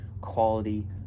quality